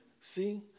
see